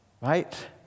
Right